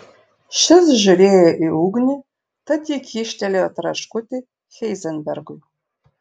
šis žiūrėjo į ugnį tad ji kyštelėjo traškutį heizenbergui